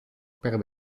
per